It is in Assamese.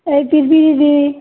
এই পিলপিলি দি